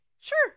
sure